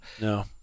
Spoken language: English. No